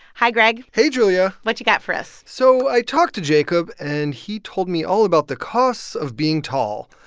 hi, greg hey, julia what you got for us? so i talked to jacob, and he told me all about the costs of being tall.